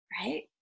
right